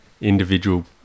individual